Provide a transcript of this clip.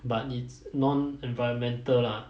but its non-environmental lah